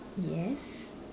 yes